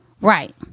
right